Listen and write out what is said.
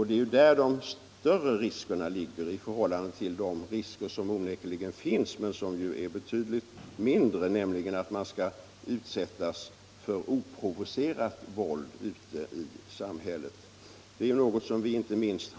Det är här de större riskerna ligger, risken att utsättas för oprovocerat våld i samhället är betydligt mindre.